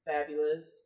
Fabulous